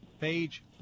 page